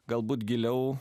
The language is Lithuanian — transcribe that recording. galbūt giliau